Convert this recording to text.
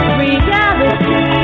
reality